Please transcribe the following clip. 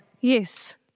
Yes